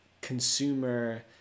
consumer